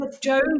Joe